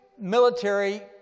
military